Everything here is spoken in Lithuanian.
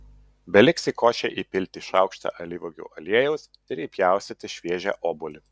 beliks į košę įpilti šaukštą alyvuogių aliejaus ir įpjaustyti šviežią obuolį